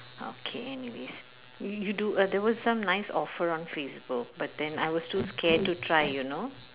okay anyways you do uh there was some nice offer on facebook but then I was too scared to try you know